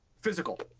Physical